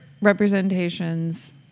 representations